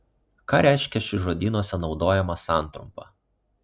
ką reiškia ši žodynuose naudojama santrumpa